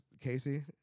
casey